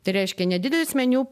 tai reiškia nedidelis meniu